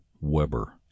weber